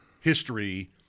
history